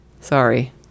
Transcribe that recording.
sorry